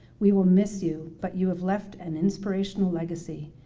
we will miss you, but you have left an inspirational legacy.